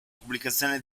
pubblicazione